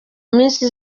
minsi